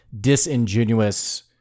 disingenuous